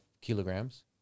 kilograms